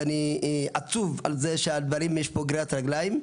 ואני עצוב על זה שיש פה גרירת רגליים.